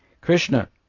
Krishna